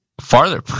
Farther